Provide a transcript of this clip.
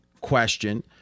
question